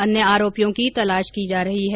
अन्य आरोपियों की तलाश की जा रही है